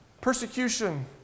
persecution